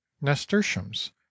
nasturtiums